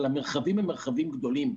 אבל המרחבים הם מרחבים גדולים.